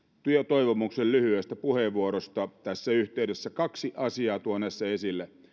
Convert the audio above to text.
toivomuksen lyhyestä puheenvuorosta tässä yhteydessä kaksi asiaa tuon esille